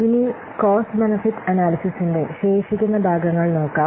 ഇനി cost benefit അനല്യ്സിസിന്റെ ശേഷിക്കുന്ന ഭാഗങ്ങൾ നോക്കാം